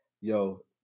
Yo